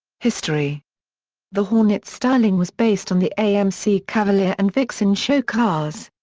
history the hornet's styling was based on the amc cavalier and vixen show cars.